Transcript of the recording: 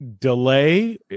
delay